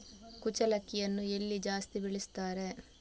ಕುಚ್ಚಲಕ್ಕಿಯನ್ನು ಎಲ್ಲಿ ಜಾಸ್ತಿ ಬೆಳೆಸ್ತಾರೆ?